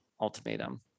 Ultimatum